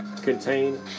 Contain